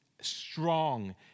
strong